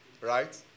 right